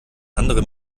andere